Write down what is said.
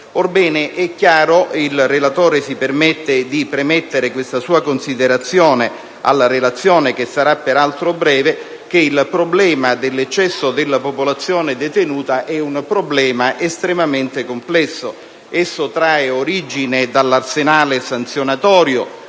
Orbene, è chiaro (il relatore si permette di premettere questa sua considerazione alla relazione, che sarà peraltro breve) che il problema dell'eccesso della popolazione detenuta è estremamente complesso: esso trae origine dall'arsenale sanzionatorio